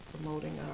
promoting